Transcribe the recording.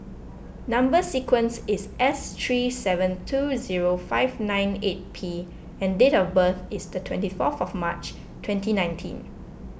Number Sequence is S three seven two zero five nine eight P and date of birth is the twenty fourth March twenty nineteen